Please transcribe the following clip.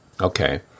Okay